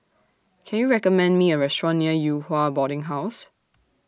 Can YOU recommend Me A Restaurant near Yew Hua Boarding House